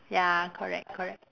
ya correct correct